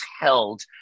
held